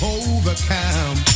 overcome